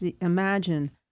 imagine